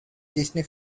disney